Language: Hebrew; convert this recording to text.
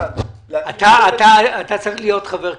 אתה צריך להיות חבר כנסת.